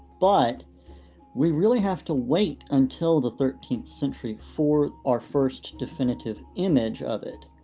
but we really have to wait until the thirteenth century for our first definitive image of it.